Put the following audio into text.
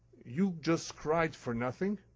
you just cried for nothing,